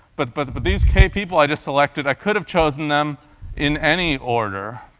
but but but these k people i just selected, i could have chosen them in any order,